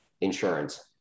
insurance